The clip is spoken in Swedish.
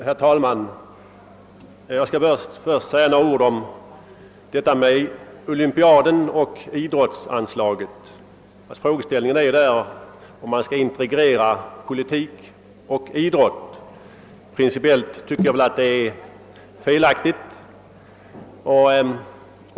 Herr talman! Jag skall först be att få säga några ord om olympiaden och idrottsansliaget. Frågeställningen är där, om man skall integrera politik och idrott. Principiellt tycker jag det är felaktigt.